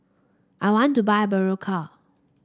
I want to buy Berocca